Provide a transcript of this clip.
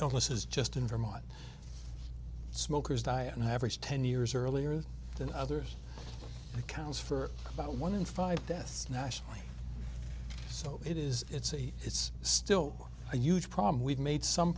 illnesses just in vermont smokers die and have reached ten years earlier than others accounts for about one in five deaths nationally so it is it's a it's still a huge problem we've made some